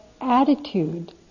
attitude